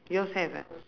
yours have eh